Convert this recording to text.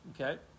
okay